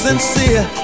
Sincere